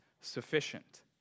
sufficient